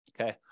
Okay